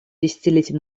десятилетий